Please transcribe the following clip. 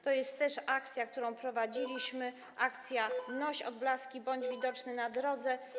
To jest też akcja, którą prowadziliśmy, akcja: Noś odblaski, bądź widoczny na drodze.